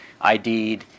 ID